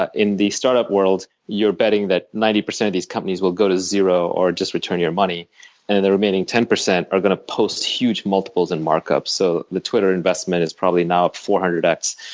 ah in the startup world, you're betting that ninety percent of these companies will go to zero or just return your money and the remaining ten percent are going to post huge multiples and markups. markups. so the twitter investment is probably now four hundred x.